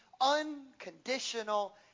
unconditional